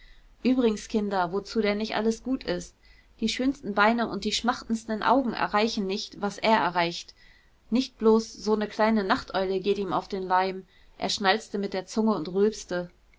übrigens kinder wozu der nicht alles gut ist die schönsten beine und die schmachtendsten augen erreichen nicht was er erreicht nicht bloß so ne kleine nachteule geht ihm auf den leim er schnalzte mit der zunge und rülpste